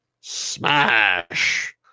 smash